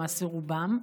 למעשה רובם,